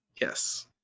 Yes